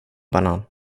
banan